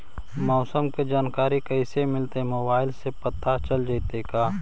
मौसम के जानकारी कैसे मिलतै मोबाईल से पता चल जितै का?